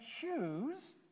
choose